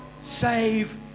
save